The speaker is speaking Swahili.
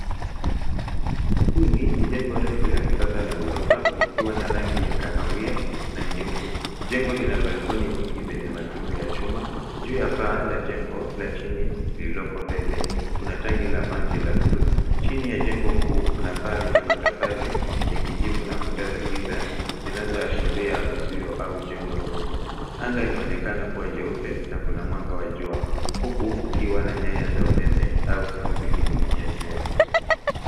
Hili, ni jengo refu la kisasa la ghorofa, likiwa na rangi ya kahawia na nyeupe. Jengo lina balcony nyingi zenye matundu ya chuma. Juu ya paa, la jengo, la chini, lililoko mbele, kuna tanki la maji la bluu. Chini ya jengo kuu, kuna paa lenye matofali ya kijivu na kuta za giza, zinazoashiria uzio au jengo dogo. Anga inaonekana kuwa jeupe na kuna mwanga wa jua ,huku kukiwa na nyaya za umeme au simu zikining'inia juu ya picha.